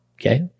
okay